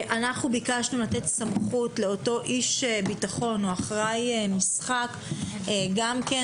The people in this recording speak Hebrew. אנחנו ביקשנו לתת סמכות לאותו איש ביטחון או אחראי משחק גם כן